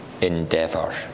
endeavour